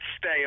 Stay